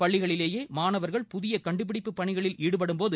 பள்ளிகளிலேயே மாணவர்கள் புதிய கண்டுபிடிப்புப் பணிகளில் ஈடுபடும்போது